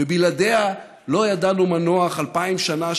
ובלעדיה לא ידענו מנוח אלפיים שנה,